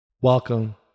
Welcome